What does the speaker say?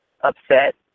upset